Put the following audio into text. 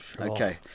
okay